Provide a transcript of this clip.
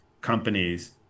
companies